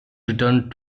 returned